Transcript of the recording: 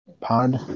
pod